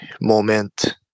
moment